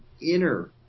inner